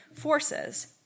forces